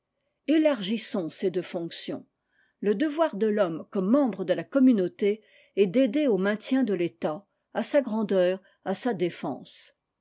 elargissons ces deux fonctions le devoir de l'homme comme membre de la communauté est d'aider au maintien de l'etat à sa grandeur à sa défense